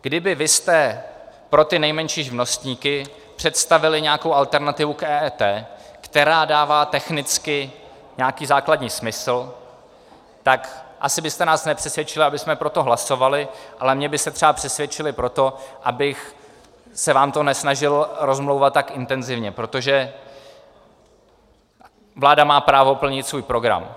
Kdybyste pro ty nejmenší živnostníky představili nějakou alternativu k EET, která dává technicky nějaký základní smysl, tak byste nás asi nepřesvědčili, abychom pro to hlasovali, ale mě byste třeba přesvědčili pro to, abych se vám to nesnažil rozmlouvat tak intenzivně, protože vláda má právo plnit svůj program.